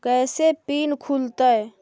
कैसे फिन खुल तय?